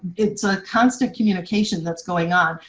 it's a constant communication that's going on.